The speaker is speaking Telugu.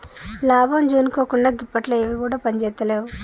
లాభం జూసుకోకుండ గిప్పట్ల ఎవ్విగుడ పనిజేత్తలేవు